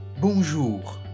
Bonjour